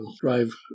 drive